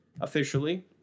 officially